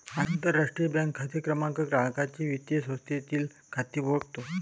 आंतरराष्ट्रीय बँक खाते क्रमांक ग्राहकाचे वित्तीय संस्थेतील खाते ओळखतो